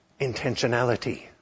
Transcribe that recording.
Intentionality